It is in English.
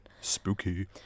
Spooky